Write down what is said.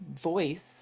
voice